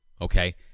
Okay